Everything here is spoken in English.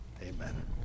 Amen